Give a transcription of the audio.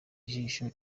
ijisho